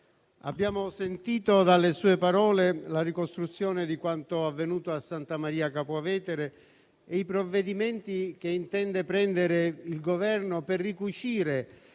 abbiamo sentito dalle sue parole la ricostruzione di quanto avvenuto a Santa Maria Capua Vetere e i provvedimenti che intende prendere il Governo per ricucire